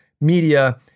media